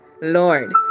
Lord